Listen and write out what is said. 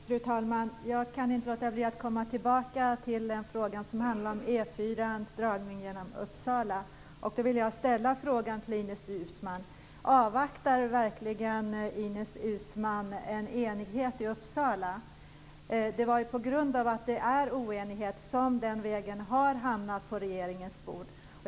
Fru talman! Jag kan inte låta bli att komma tillbaka till frågan om E 4:ans dragning genom Uppsala. Jag vill ställa en fråga till Ines Uusmann. Avvaktar verkligen Ines Uusmann en enighet i Uppsala? Det var ju på grund av att det råder oenighet som det ärendet hamnade på regeringens bord.